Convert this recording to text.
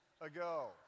ago